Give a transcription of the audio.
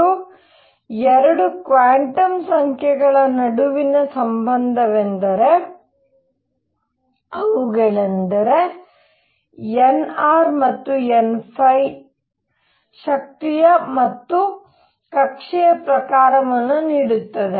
ಮತ್ತು 2 ಕ್ವಾಂಟಮ್ ಸಂಖ್ಯೆಗಳ ನಡುವಿನ ಸಂಬಂಧವೆಂದರೆ ಅವುಗಳೆಂದರೆ nr ಮತ್ತು n ಶಕ್ತಿಯ ಮತ್ತು ಕಕ್ಷೆಯ ಪ್ರಕಾರವನ್ನು ನೀಡುತ್ತದೆ